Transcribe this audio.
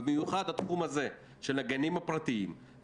ובמיוחד את התחום הזה של הגנים הפרטיים.